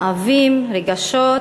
מאוויים, רגשות?